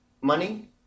money